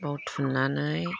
बाव थुननानै